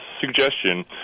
suggestion